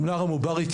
יחד עם לארה מובריכי,